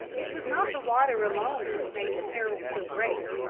it was not the water alone which made the peril so great,